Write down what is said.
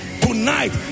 tonight